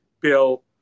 Bill